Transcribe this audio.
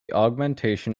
augmentation